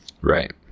Right